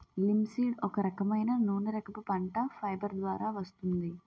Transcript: linseed ఒక రకమైన నూనెరకపు పంట, ఫైబర్ ద్వారా వస్తుంది